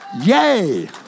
yay